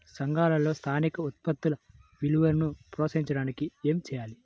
సంఘాలలో స్థానిక ఉత్పత్తుల విలువను ప్రోత్సహించడానికి ఏమి చేయాలి?